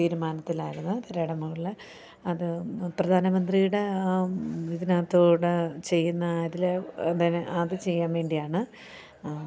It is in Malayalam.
തീരുമാനത്തിലായിരുന്നു പുരയുടെ മുകളിൽ അതു പ്രധാനമന്ത്രിയുടെ ഇതിനകത്തു കൂടി ചെയ്യുന്ന ഇതിൽ എന്തേന് അത് ചെയ്യാൻ വേണ്ടിയാണ്